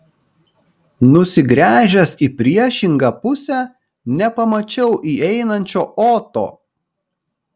nusigręžęs į priešingą pusę nepamačiau įeinančio oto